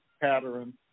pattern